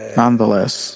nonetheless